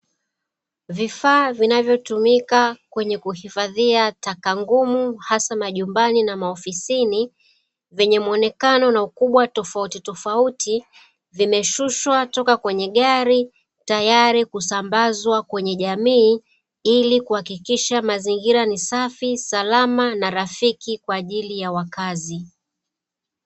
Vifaa vinavyotumika kwenye kuhifadhia taka ngumu hasa majumbani na maofisini, vyenye muonekano na ukubwa tofauti tofauti vimeshushwa toka kwenye gari tayari kusambazwa kwenye jamii ili kuhakikisha mazingira ni safi, salama na rafiki kwa ajili ya wakazi.